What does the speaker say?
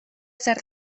zer